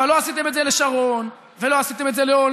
אבל לא עשיתם את זה לשרון ולא עשיתם את זה לאולמרט,